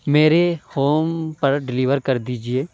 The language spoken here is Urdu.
میرے ہوم پر ڈلیور کر دیجیے